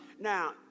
Now